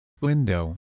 window